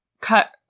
cut